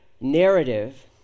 narrative